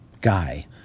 guy